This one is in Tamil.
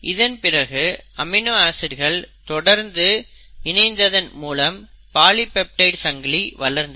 இதன் பிறகு அமினோ ஆசிட்கள் தொடர்ந்து இணைந்ததின் மூலம் பாலிபெப்டைடு சங்கிலி வளர்ந்தது